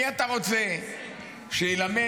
מי אתה רוצה שיְלמד,